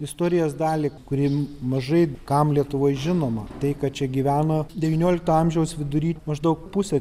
istorijos dalį kuri mažai kam lietuvoj žinoma tai kad čia gyveno devyniolikto amžiaus vidury maždaug pusė